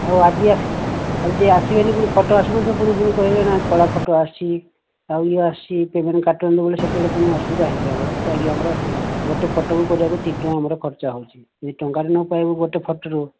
ଆଉ ଆଜି ଆସି ଯଦି ଆସିବେନି ପୁଣି ଫଟୋ ଆସିନଥିବ ପୁଣି କହିବେ ନା କଳା ଫଟୋ ଆସୁଛି ଆଉ ଇଏ ଆସୁଛି ପେମେଣ୍ଟ କାଟନ୍ତୁ ବୋଲେ ସେତେବେଳେ ପୁଣି ଅସୁବିଧା ହୋଇଯିବ ଆମର କାଇଁକି ଆମର ଗୋଟିଏ ଫଟୋ କୁ କରିବାକୁ ତିନିଟଙ୍କା ଆମର ଖର୍ଚ୍ଚ ହେଉଛି ଦୁଇ ଟଙ୍କା ଯଦି ନ ପାଇବୁ ଗୋଟିଏ ଫୋଟୋ ରୁ